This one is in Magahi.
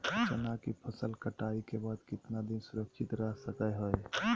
चना की फसल कटाई के बाद कितना दिन सुरक्षित रहतई सको हय?